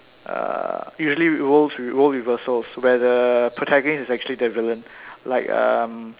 uh usually roles role reversal where the protagonist is actually the villain like um